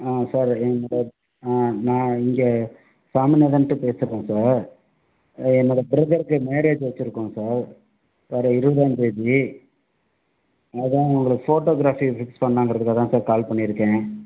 ஆ sir ஆ நான் இங்கே சாமிநாதன்ட்டு பேசுகிறேன் சார் என்னோடய பிரதர்க்கு மேரேஜ் வச்சுருக்கோம் சார் வர இருபதாந்தேதி அதான் உங்களை போட்டோகிராஃபிக்கு ஃபிக்ஸ் பண்ணலாங்கிறதுக்காக தான் சார் கால் பண்ணிருக்கேன்